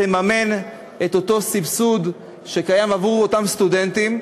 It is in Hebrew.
תממן את אותו סבסוד שקיים עבור אותם סטודנטים.